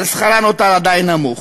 אבל שכרה נותר עדיין נמוך,